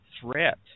threat